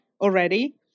already